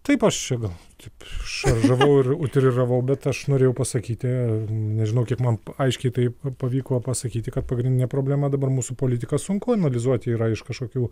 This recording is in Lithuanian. taip aš čia gal taip šaržavau ir utitiravau bet aš norėjau pasakyti nežinau kiek man aiškiai tai pavyko pasakyti kad pagrindinė problema dabar mūsų politiką sunku analizuoti yra iš kažkokių